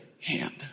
hand